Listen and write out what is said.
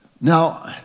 Now